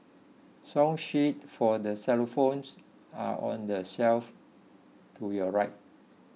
song sheets for the xylophones are on the shelf to your right